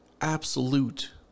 absolute